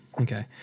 Okay